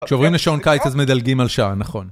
כשעוברים לשעון קיץ אז מדלגים על שעה, נכון.